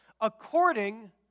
according